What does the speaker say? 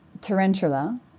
tarantula